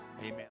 amen